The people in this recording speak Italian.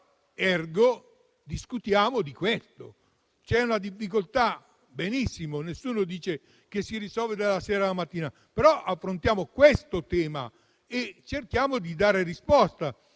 Ergo, discutiamo di questo: c'è una difficoltà? Sì, è vero e nessuno dice che si risolverà dalla sera alla mattina. Però, affrontiamo questo tema e cerchiamo di dare una risposta.